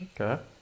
Okay